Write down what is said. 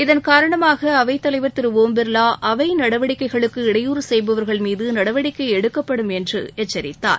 இதன்காரணமாக அவைத் தலைவர் திரு ஓம் பிர்வா அவை நடவடிக்கைகளுக்கு இடையூறு செய்பவர்கள் மீது நடவடிக்கை எடுக்கப்படும் என்று எச்சரித்தார்